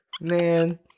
Man